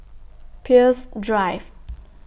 Peirce Drive